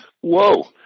Whoa